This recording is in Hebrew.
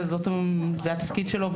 זה התפקיד שלו.